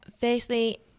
Firstly